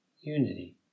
unity